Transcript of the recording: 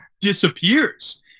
disappears